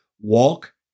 walk